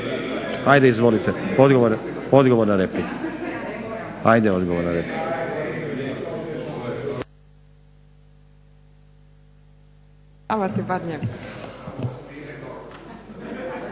Ajde izvolite. Odgovor na repliku. Ajde odgovor na repliku.